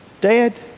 Dad